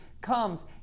comes